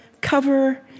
cover